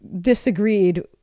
disagreed